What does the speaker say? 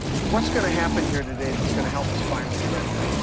what's gonna happen here today that's gonna help us find the treasure?